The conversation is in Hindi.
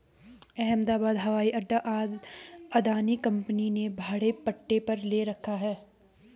अहमदाबाद हवाई अड्डा अदानी कंपनी ने भाड़े पट्टे पर ले रखा है